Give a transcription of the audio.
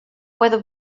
whether